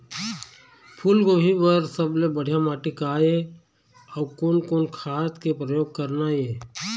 फूलगोभी बर सबले बढ़िया माटी का ये? अउ कोन कोन खाद के प्रयोग करना ये?